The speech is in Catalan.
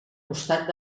costat